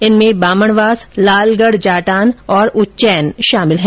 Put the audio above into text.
इनमें बामणवास लालगढ़ जाटान और उच्चैन शामिल है